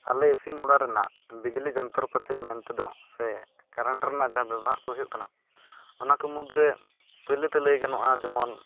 ᱟᱞᱮ ᱤᱥᱤᱱ ᱚᱲᱟᱜ ᱨᱮᱱᱟᱜ ᱵᱤᱡᱽᱞᱤ ᱡᱚᱱᱛᱨᱚ ᱯᱟᱛᱤ ᱢᱮᱱᱛᱮ ᱫᱚ ᱥᱮ ᱠᱟᱨᱮᱱᱴ ᱨᱮᱱᱟᱜ ᱡᱟᱦᱟᱸ ᱵᱮᱵᱚᱦᱟᱨ ᱠᱚ ᱦᱩᱭᱩᱜ ᱠᱟᱱᱟ ᱚᱱᱟ ᱠᱚ ᱢᱩᱫᱽᱨᱮ ᱯᱳᱭᱞᱳᱛᱮ ᱞᱟᱹᱭ ᱜᱟᱱᱚᱜᱼᱟ ᱡᱮᱢᱚᱱ